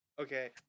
okay